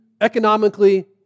economically